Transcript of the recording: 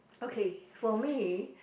okay for me